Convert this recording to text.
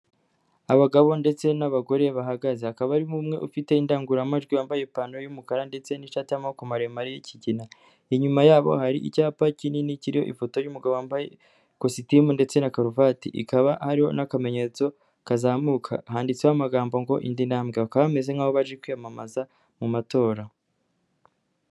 Abagabo ndetse n'abagore bahagaze, hakaba harimo umwe ufite indangururamajwi, wambaye ipantaro y'umukara ndetse n'ishati y'amoboko maremare y'ikigina. Inyuma yabo hari icyapa kinini kiriho ifoto y'umugabo wambaye ikositimu ndetse na karuvati, ikaba hariho n'akamenyetso kazamuka, handitseho amagambo ngo indi ntambwe bakaba bameze nk'aho baje kwiyamamaza mu matora.